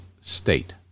state